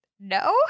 no